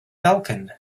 falcon